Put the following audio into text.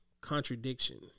contradiction